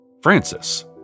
Francis